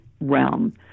realm